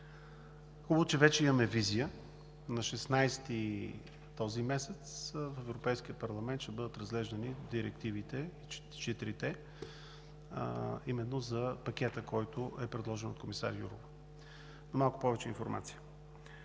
Хубаво е, че вече имаме визия – на 16-ти този месец в Европейския парламент ще бъдат разглеждани четирите директиви, а именно за пакета, който е предложен от комисар Вера Юрова. Малко повече информация.